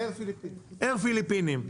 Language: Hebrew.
אייר פיליפינים.